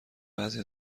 بعضی